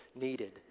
needed